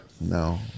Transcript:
no